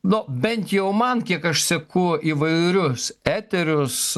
nu bent jau man kiek aš seku įvairius eterius